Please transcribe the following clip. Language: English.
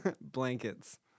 Blankets